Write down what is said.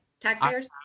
taxpayers